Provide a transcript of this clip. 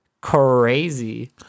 crazy